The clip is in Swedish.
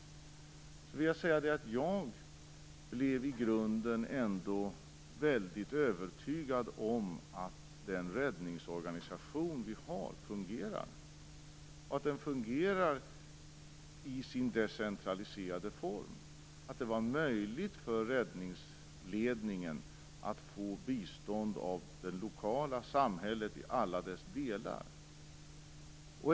När jag var där blev jag ändå i grunden väldigt övertygad om att den räddningsorganisation vi har fungerar, och att den fungerar i sin decentraliserade form. Det var möjligt för räddningsledningen att få bistånd av det lokala samhället i alla dess delar.